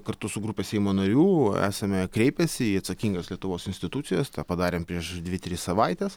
kartu su grupe seimo narių esame kreipęsi į atsakingas lietuvos institucijas tą padarėm prieš dvi tris savaites